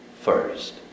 first